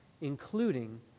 including